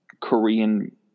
Korean